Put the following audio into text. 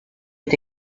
est